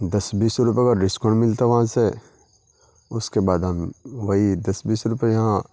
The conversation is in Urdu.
دس بیس روپے کا ڈسکاؤنٹ ملتا وہاں سے اس کے بعد ہم وہی دس بیس روپے یہاں